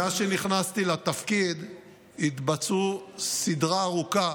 מאז נכנסתי לתפקיד התבצעה סדרה ארוכה